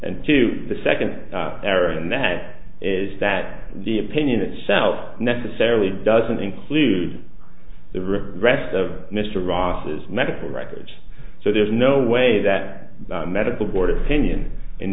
and to the second error and that is that the opinion itself necessarily doesn't include the river rest of mr ross's medical records so there's no way that the medical board of kenyon in